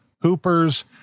Hooper's